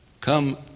Come